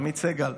עמית סגל.